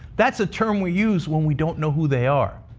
that's a term we use when we don't know who they are.